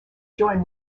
join